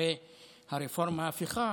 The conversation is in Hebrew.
אחרי הרפורמה-הפיכה,